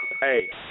Hey